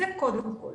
זה קודם כל.